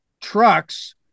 trucks